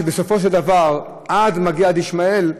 שבסופו של דבר זה מגיע עד ישמעאל,